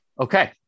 Okay